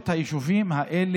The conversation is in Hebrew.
כשהייתם אותו